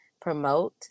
promote